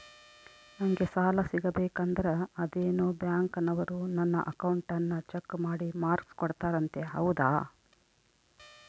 ನಂಗೆ ಸಾಲ ಸಿಗಬೇಕಂದರ ಅದೇನೋ ಬ್ಯಾಂಕನವರು ನನ್ನ ಅಕೌಂಟನ್ನ ಚೆಕ್ ಮಾಡಿ ಮಾರ್ಕ್ಸ್ ಕೊಡ್ತಾರಂತೆ ಹೌದಾ?